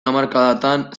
hamarkadatan